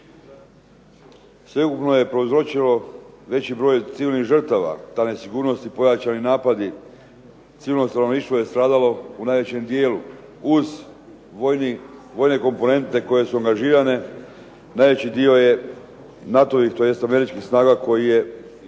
Sveukupno je prouzročilo veći broj civilnih žrtava ta nesigurnost i pojačani napadi civilno stanovništvo je stradalo u najvećem dijelu uz vojne komponente koje su angažirane najveći dio je NATO-vih, tj. američkih snaga koji je smrtno